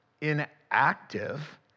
inactive